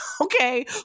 okay